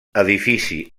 edifici